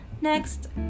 Next